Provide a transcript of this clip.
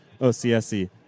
OCSE